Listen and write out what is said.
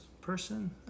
person